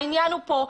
העניין הוא פה,